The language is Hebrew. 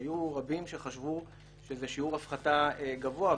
היו רבים שחשבו שזה שיעור הפחתה גבוה,